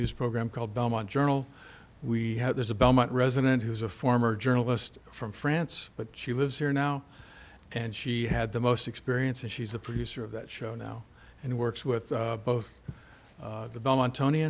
news program called belmont journal we have there's a belmont resident who's a former journalist from france but she lives here now and she had the most experience and she's the producer of that show now and it works with both the belmont tony